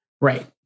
Right